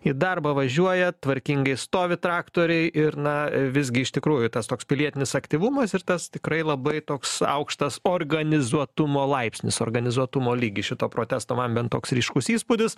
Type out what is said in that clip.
į darbą važiuoja tvarkingai stovi traktoriai ir na visgi iš tikrųjų tas toks pilietinis aktyvumas ir tas tikrai labai toks aukštas organizuotumo laipsnis organizuotumo lygis šito protesto man bent toks ryškus įspūdis